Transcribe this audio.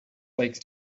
like